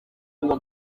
uwo